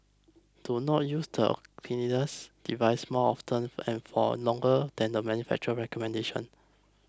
do not use the devices more often and for longer than the manufacturer's recommendations